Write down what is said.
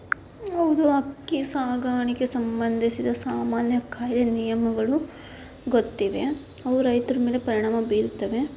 ಹೌದು ಹಕ್ಕಿ ಸಾಗಾಣಿಕೆ ಸಂಬಂಧಿಸಿದ ಸಾಮಾನ್ಯ ಕಾಯ್ದೆ ನಿಯಮಗಳು ಗೊತ್ತಿವೆ ಅವು ರೈತ್ರ ಮೇಲೆ ಪರಿಣಾಮ ಬೀರ್ತವೆ